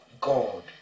God